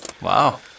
Wow